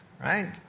right